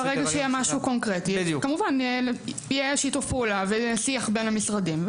ברגע שיהיה משהו קונקרטי אז כמובן יהיה שיתוף פעולה ושיח בין המשרדים.